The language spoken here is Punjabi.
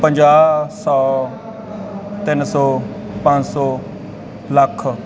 ਪੰਜਾਹ ਸੌ ਤਿੰਨ ਸੌ ਪੰਜ ਸੌ ਲੱਖ